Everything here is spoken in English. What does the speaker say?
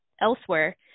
Elsewhere